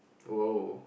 !woah!